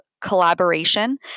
collaboration